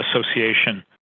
association